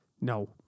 No